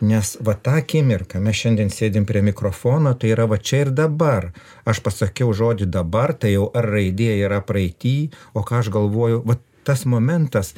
nes va tą akimirką mes šiandien sėdim prie mikrofono tai yra va čia ir dabar aš pasakiau žodį dabar tai jau r raidė yra praeity o ką aš galvoju vat tas momentas